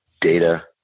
data